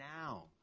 now